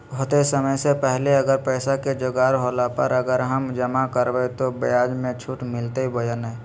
होतय समय से पहले अगर पैसा के जोगाड़ होला पर, अगर हम जमा करबय तो, ब्याज मे छुट मिलते बोया नय?